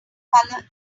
color